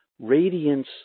radiance